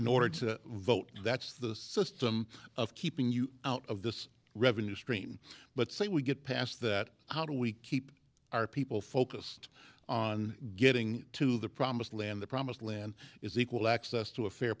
in order to vote that's the system of keeping you out of the revenue stream but say we get past that how do we keep our people focused on getting to the promised land the promised land is equal access to a fair